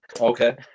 Okay